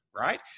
right